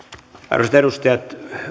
arvoisat edustajat